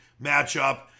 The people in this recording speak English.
matchup